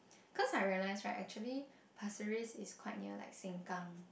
cause I realize right actually Pasir-Ris is quite near like Sengkang